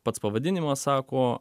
pats pavadinimas sako